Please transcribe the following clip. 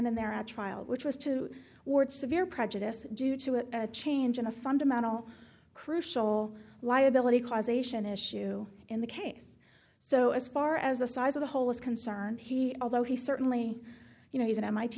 there at trial which was to ward severe prejudice due to a change in a fundamental crucial liability causation issue in the case so as far as the size of the hole is concerned he although he certainly you know he's an m